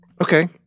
Okay